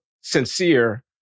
sincere